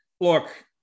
Look